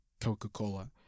Coca-Cola